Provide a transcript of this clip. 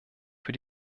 für